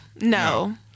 No